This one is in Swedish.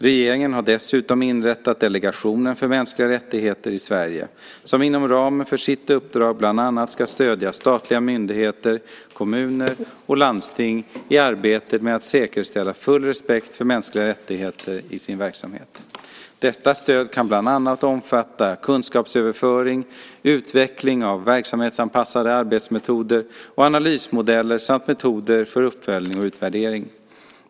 Regeringen har dessutom inrättat Delegationen för mänskliga rättigheter i Sverige , som inom ramen för sitt uppdrag bland annat ska stödja statliga myndigheter, kommuner och landsting i arbetet med att säkerställa full respekt för de mänskliga rättigheterna i verksamheten. Detta stöd kan bland annat omfatta kunskapsöverföring, utveckling av verksamhetsanpassade arbetsmetoder och analysmodeller samt metoder för uppföljning och utvärdering.